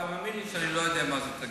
אתה מאמין לי שאני לא יודע מה זה תאגיד?